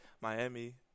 Miami